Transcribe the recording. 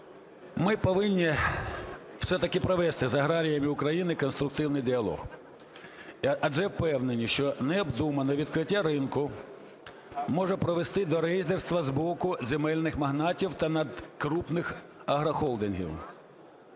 Ми повинні все-таки провести з аграріями України конструктивний діалог, адже впевнені, що необдумане відкриття ринку може привести до рейдерства з боку земельних магнатів та надкрупних агрохолдингів.